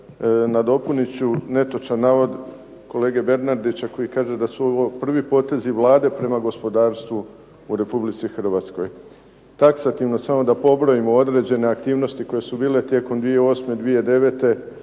nadopunit ću netočan navod kolege Bernardića koji kaže da su ovo prvi potezi Vlade prema gospodarstvu u Republici Hrvatskoj. Taksativno samo da pobrojimo određene aktivnosti koje su bile tijekom 2008., 2009.